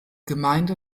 gemeinde